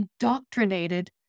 indoctrinated